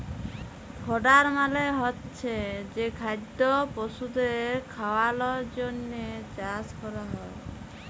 fodder মালে হচ্ছে যে খাদ্য পশুদের খাওয়ালর জন্হে চাষ ক্যরা হ্যয়